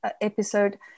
episode